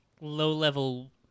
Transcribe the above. low-level